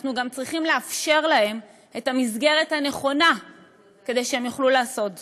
אנחנו גם צריכים לאפשר להם את המסגרת הנכונה כדי שהם יוכלו לעשות זאת.